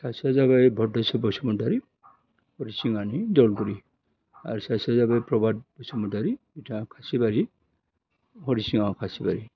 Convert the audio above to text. सासेआ जाबाय बद्रेसर बसुमतारि हरिसिङानि दलगुरि आरो सासेआ जाबाय प्रबाट बसुमतारि बिथाङा खासिबारि हरिसिङा खासिबारि